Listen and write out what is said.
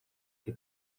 que